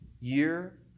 year